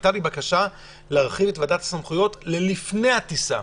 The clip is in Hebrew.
הייתה לי בקשה להרחיב את ועדת החריגים גם להחלטות עוד לפני הטיסה.